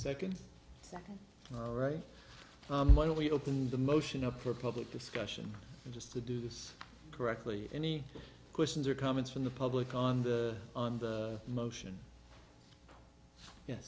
second right why don't we open the motion up for public discussion just to do this correctly any questions or comments from the public on the on the motion ye